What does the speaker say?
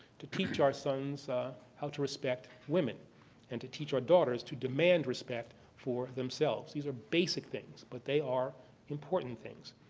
to teach our sons how to respect women and to teach our daughters to demand respect for themselves. these are basic things. but they are important things.